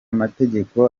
mategeko